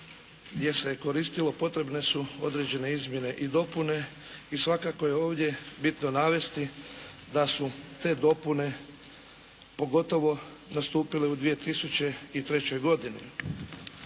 gdje se koristilo potrebne su određene izmjene i dopune. I svakako je ovdje bitno navesti da su te dopune pogotovo nastupile u 2003. godini.